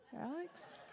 Alex